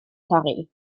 torri